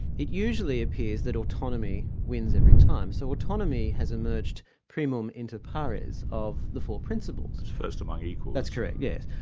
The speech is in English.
it usually appears that autonomy wins every time. so autonomy has emerged primum inter pares of the four principles. first among equals. that's correct, yes.